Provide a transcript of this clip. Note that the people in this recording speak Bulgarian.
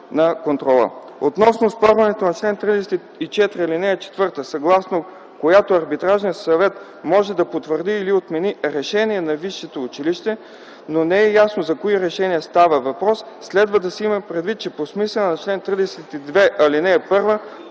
Относно оспорването на чл. 34, ал. 4, съгласно която Арбитражният съвет може да потвърди и отмени решение на висшето училище, но не е ясно за кои решения става въпрос, следва да се има предвид, че по смисъла на чл. 32, ал. 1,